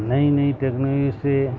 نئی نئی ٹیکنلوئی سے